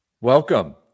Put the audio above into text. Welcome